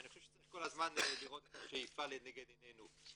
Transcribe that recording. אני חושב שצריך כל הזמן לראות את השאיפה הזאת לנגד עינינו.